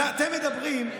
אתם אומרים,